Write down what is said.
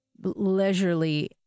leisurely